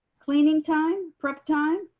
cleaning time, prep time?